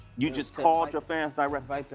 you just called your fans directly? right there,